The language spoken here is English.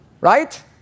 Right